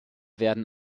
werden